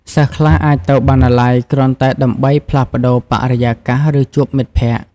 សិស្សខ្លះអាចទៅបណ្ណាល័យគ្រាន់តែដើម្បី ផ្លាស់ប្ដូរបរិយាកាស ឬជួបមិត្តភក្តិ។